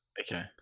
Okay